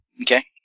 Okay